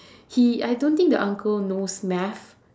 he I don't think the uncle knows math